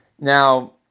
Now